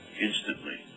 instantly